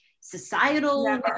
societal